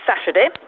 Saturday